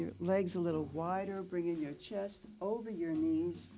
your legs a little wider bringing your chest over your knee